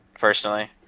personally